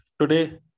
today